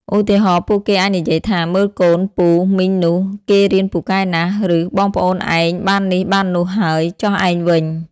ឧទាហរណ៍ ពួកគេអាចនិយាយថា "មើលកូនពូ/មីងនោះ គេរៀនពូកែណាស់" ឬ "បងប្អូនឯងបាននេះបាននោះហើយ ចុះឯងវិញ?"។